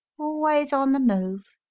always on the move.